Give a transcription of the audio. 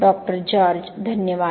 doctor George धन्यवाद